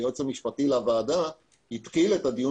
היועץ המשפטי לוועדה התחיל את הדיון